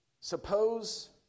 Suppose